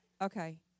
okay